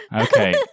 Okay